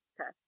Okay